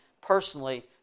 personally